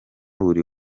buli